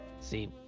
See